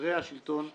ולסדרי השלטון בה".